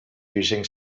using